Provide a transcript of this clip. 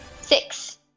Six